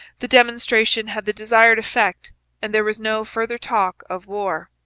the demonstration had the desired effect and there was no further talk of war.